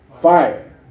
fire